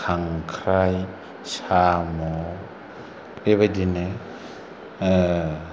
खांख्राय साम' बेबायदिनो